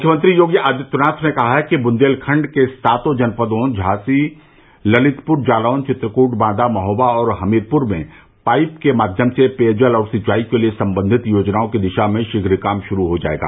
मुख्यमंत्री योगी आदित्यनाथ ने कहा है कि बुंदेलखंड के सातों जनपदों झांसी ललितपुर जालौन चित्रकूट बांदा महोबा और हमीरपुर में पाईप के माध्यम से पेयजल और सिंचाई के लिए संबंधित योजनाओं की दिशा में शीघ्र काम शुरू हो जायेगा